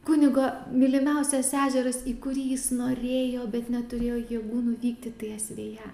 kunigo mylimiausias ežeras į kurį jis norėjo bet neturėjo jėgų nuvykti tai asveja